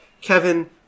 Kevin